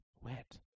wet